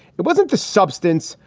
it wasn't the substance,